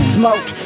smoke